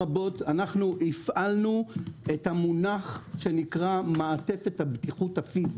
הפעלנו את המונח שנקרא מעטפת הבטיחות הפיזית.